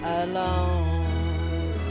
alone